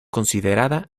considerada